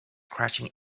crashing